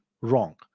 wrong